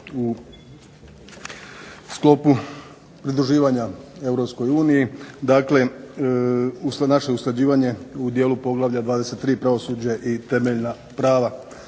u sklopu pridruživanja Europskoj uniji, dakle naše usklađivanje u dijelu poglavlja 23. pravosuđe i temeljna prava.